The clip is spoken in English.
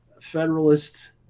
Federalist